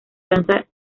plaza